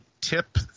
tip